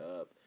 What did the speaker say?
up